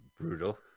brutal